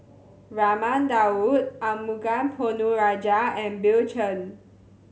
Raman Daud Arumugam Ponnu Rajah and Bill Chen